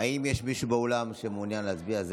האם יש מישהו באולם שמעוניין להצביע?